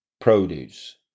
produce